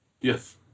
Yes